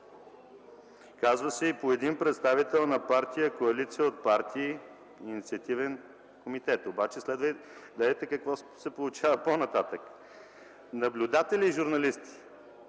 чл. 101, по един представител на партия, коалиция от партии, инициативен комитет”. Обаче вижте какво се получава по-нататък – „наблюдатели” и „журналисти”.